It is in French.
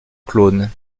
clones